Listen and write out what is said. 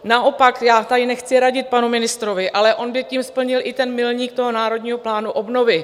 Naopak, já tady nechci radit panu ministrovi, ale on by tím splnil i ten milník toho Národního plánu obnovy.